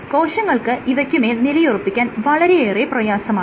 കോശങ്ങൾക്ക് ഇവയ്ക്കുമേൽ നിലയുറപ്പിക്കാൻ വളരെയേറെ പ്രയാസമാണ്